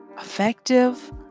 effective